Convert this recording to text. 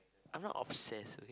I'm not obsessed okay